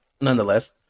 nonetheless